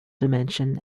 dimension